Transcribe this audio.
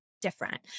different